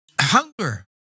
hunger